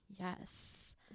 Yes